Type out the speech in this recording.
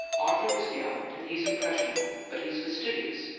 arthur's gallant, and he's impressionable but he's fastidious,